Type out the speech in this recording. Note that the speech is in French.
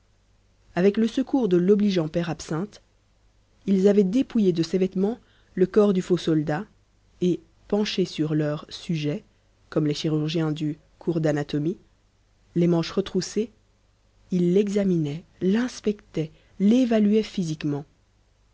avec le secours de l'obligeant père absinthe ils avaient dépouillé de ses vêtements le corps du faux soldat et penchés sur leur sujet comme les chirurgiens du cours d'anatomie les manches retroussées ils l'examinaient l'inspectaient l'évaluaient physiquement